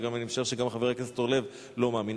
ואני משער שגם חבר הכנסת אורלב לא מאמין,